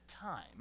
time